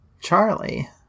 Charlie